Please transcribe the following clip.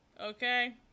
Okay